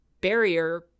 barrier